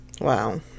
Wow